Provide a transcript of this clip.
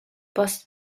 post